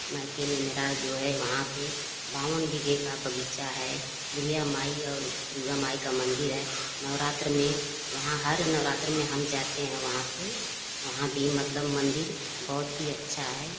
मायके में मेरा जो है वहाँ पर बावन बीघे के बगीचा है बुढ़िया माई और दुर्गा माई का मंदिर है नवरात्र में वहाँ हर नवरात्र में हम जाते हैं वहाँ पर वहाँ भी मतलब मंदिर बहुत ही अच्छा है